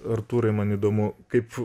artūrai man įdomu kaip